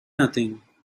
nothing